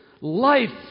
life